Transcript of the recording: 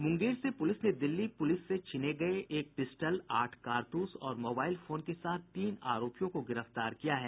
मुंगेर से पुलिस ने दिल्ली पुलिस से छीने गये एक पिस्टल आठ कारतूस और मोबाईल फोन के साथ तीनों आरोपियों को गिरफ्तार कर लिया है